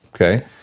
okay